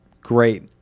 great